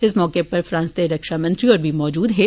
इस मौके पर फ्रांस दे रक्ष मंत्री होर बी मौजूद हे